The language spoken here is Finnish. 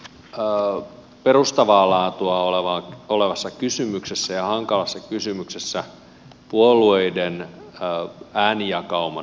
uskoisin näin perustavaa laatua olevassa kysymyksessä ja hankalassa kysymyksessä puolueiden äänijakauman hajoavan puolueiden sisällä